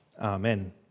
Amen